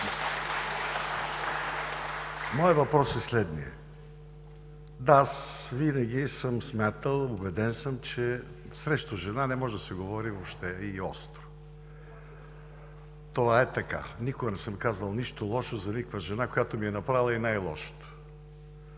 Моят въпрос е следният – аз винаги съм смятал, убеден съм, че срещу жена не може да се говори въобще, и остро. Това е така. Никога не съм казвал нищо лошо за никоя жена, която ми е направила и най-лошото.